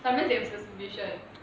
sometimes they have sub~ submissions